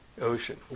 ocean